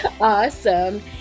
awesome